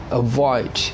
avoid